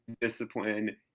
discipline